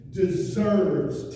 deserves